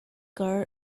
girl